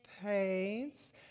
Pains